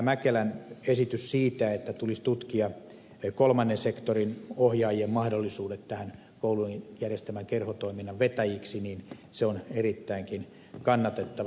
mäkelän esitys siitä että tulisi tutkia kolmannen sektorin ohjaajien mahdollisuudet koulujen järjestämän kerhotoiminnan vetäjiksi on erittäinkin kannatettava